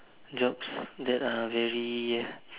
jobs that are very